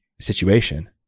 situation